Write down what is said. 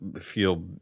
feel